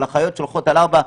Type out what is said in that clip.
על החיות שהולכות על ארבע,